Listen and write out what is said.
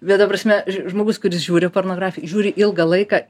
bet ta prasme ž žmogus kuris žiūri pornografiją žiūri ilgą laiką